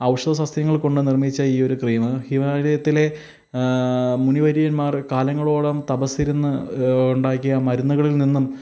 ഔഷധ സസ്യങ്ങള് കൊണ്ടു നിര്മ്മിച്ച ഈ ഒരു ക്രീം ഹിമാലയത്തിലെ മുനിവര്യന്മാര് കാലങ്ങളോളം തപസ്സിരുന്നു ഉണ്ടാക്കിയ മരുന്നുകളില് നിന്നും